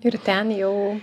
ir ten jau